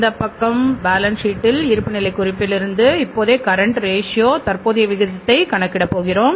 இந்த balance sheet தற்போதைய விகிதத்தை கணக்கிட போகிறோம்